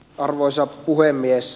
arvoisa puhemies